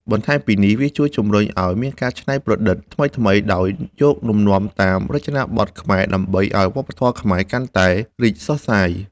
បន្ថែមពីនេះ វាជួយជំរុញឱ្យមានការច្នៃប្រឌិតថ្មីៗដោយយកលំនាំតាមរចនាបថខ្មែរ ដើម្បីឱ្យវប្បធម៌ខ្មែរកាន់តែរីកសុះសាយ។